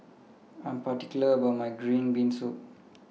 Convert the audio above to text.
I Am particular about My Green Bean Soup